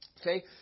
Okay